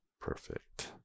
perfect